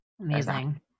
Amazing